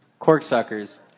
Corksuckers